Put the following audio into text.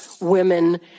women